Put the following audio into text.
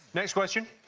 next question.